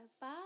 Bye